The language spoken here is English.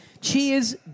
Cheers